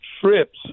trips